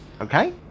okay